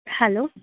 hello